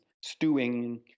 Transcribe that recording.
stewing